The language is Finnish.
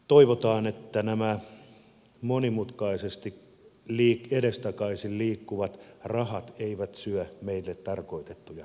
toivotaan että nämä monimutkaisesti edestakaisin liikkuvat rahat eivät syö meille tarkoitettuja rahoja